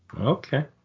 Okay